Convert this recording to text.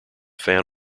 fan